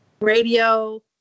radio